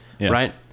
right